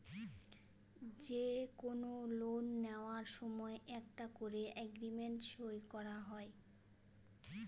যে কোনো লোন নেওয়ার সময় একটা করে এগ্রিমেন্ট সই করা হয়